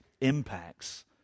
impacts